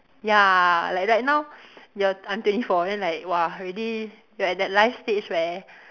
ya like right now you're I'm twenty four then like !wah! really you're at that life stage where